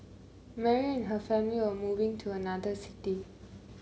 Mary her family were moving to another city